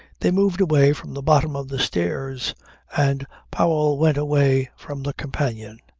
they moved away from the bottom of the stairs and powell went away from the companion.